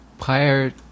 Prior